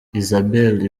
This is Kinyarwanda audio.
isabelle